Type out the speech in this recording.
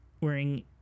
wearing